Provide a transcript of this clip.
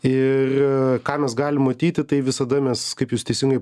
ir ką mes galim matyti tai visada mes kaip jūs teisingai